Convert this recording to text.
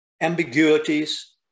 ambiguities